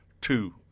two